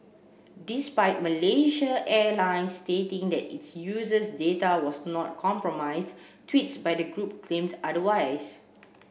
despite Malaysia Airlines stating that its users data was not compromised tweets by the group claimed otherwise